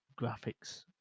graphics